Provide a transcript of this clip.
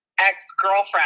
ex-girlfriend